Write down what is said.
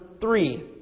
three